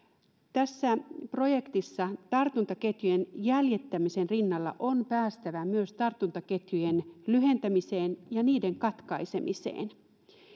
tässä projektissa tartuntaketjujen jäljittämisen rinnalla on päästävä myös tartuntaketjujen lyhentämiseen ja niiden katkaisemiseen